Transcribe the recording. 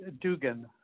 Dugan